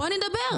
אז נדבר.